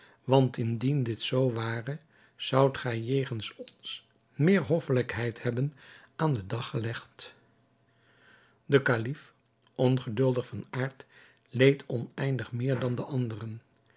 want indien dit zoo ware zoudt gij jegens ons meer hoffelijkheid hebben aan den dag gelegd de kalif ongeduldig van aard leed oneindig meer dan de anderen